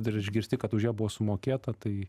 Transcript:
dar išgirsti kad už ją buvo sumokėta tai